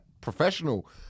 professional